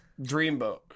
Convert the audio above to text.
dreamboat